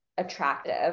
attractive